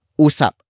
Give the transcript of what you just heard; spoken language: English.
usap